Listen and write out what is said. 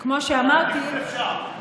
אבל תכנון אפשר,